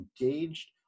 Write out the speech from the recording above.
engaged